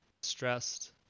stressed